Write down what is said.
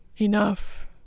enough